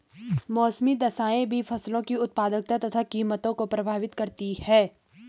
मौसमी दशाएं भी फसलों की उत्पादकता तथा कीमतों को प्रभावित करती है